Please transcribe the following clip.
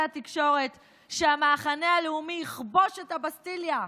התקשורת שהמחנה הלאומי יכבוש את הבסטיליה,